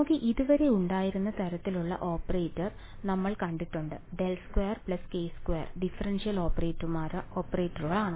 നമുക്ക് ഇതുവരെ ഉണ്ടായിരുന്ന തരത്തിലുള്ള ഓപ്പറേറ്റർ നമ്മൾ കണ്ടിട്ടുണ്ട് ∇2 k2 ഡിഫറൻഷ്യേഷൻ ഓപ്പറേറ്റർമാരുണ്ട്